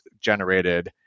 generated